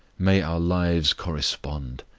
may our lives correspond!